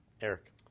Eric